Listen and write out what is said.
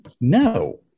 No